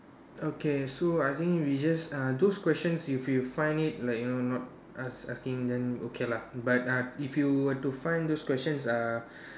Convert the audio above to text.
okay so I think we just uh those questions if you find it like you know not not ask asking then okay lah but uh if you were to find those questions uh